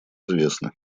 известны